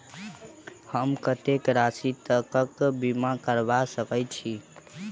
हम कत्तेक राशि तकक बीमा करबा सकैत छी?